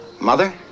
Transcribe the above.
mother